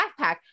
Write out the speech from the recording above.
backpack